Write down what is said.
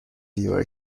دیوار